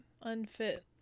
Unfit